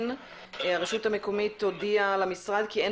שהרשות המקומית סכנין הודיעה למשרד כי אין